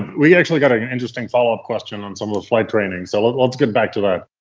we actually got an interesting follow up question on some of the flight training. so, like let's get back to that.